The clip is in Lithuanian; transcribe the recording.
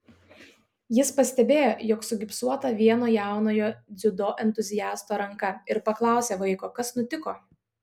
jis pastebėjo jog sugipsuota vieno jaunojo dziudo entuziasto ranka ir paklausė vaiko kas nutiko